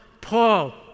Paul